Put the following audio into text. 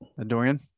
Dorian